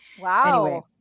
Wow